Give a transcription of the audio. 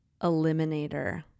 eliminator